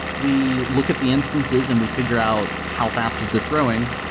we look at the instances and we figure out how fast is this growing,